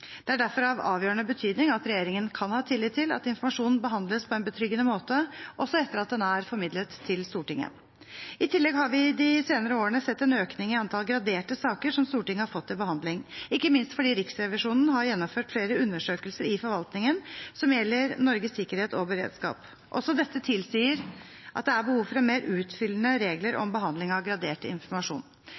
Det er derfor av avgjørende betydning at regjeringen kan ha tillit til at informasjonen behandles på en betryggende måte også etter at den er formidlet til Stortinget. I tillegg har vi de senere årene sett en økning i antall graderte saker som Stortinget har fått til behandling, ikke minst fordi Riksrevisjonen har gjennomført flere undersøkelser i forvaltningen som gjelder Norges sikkerhet og beredskap. Også dette tilsier at det er behov for mer utfyllende regler om behandling av gradert informasjon.